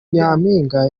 nyampinga